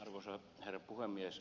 arvoisa herra puhemies